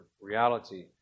reality